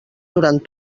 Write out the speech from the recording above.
durant